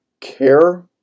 care